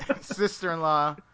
sister-in-law